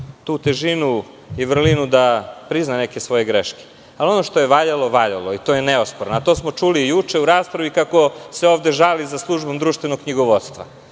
tu težinu i vrlinu da prizna neke svoje greške. Ono što je valjalo je valjalo i to je nesporno. To smo čuli juče u raspravi, kako se ovde žali za službom društvenog knjigovodstva,